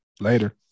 Later